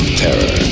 terror